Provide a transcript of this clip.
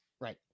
Right